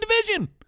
division